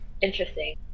Interesting